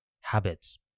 habits